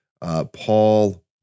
Paul